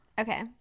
Okay